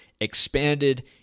expanded